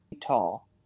tall